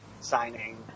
signing